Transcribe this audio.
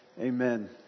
amen